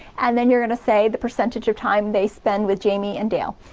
and then you're gonna say the percentage of time they spend with jamie and dale.